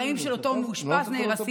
החיים של אותו מאושפז נהרסים.